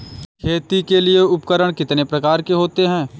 खेती के लिए उपकरण कितने प्रकार के होते हैं?